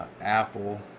Apple